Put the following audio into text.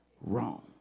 wrong